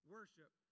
Worship